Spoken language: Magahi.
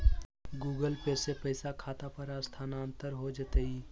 गूगल पे से पईसा खाता पर स्थानानंतर हो जतई?